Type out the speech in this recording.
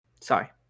Sorry